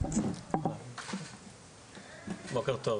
בוקר טוב,